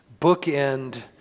bookend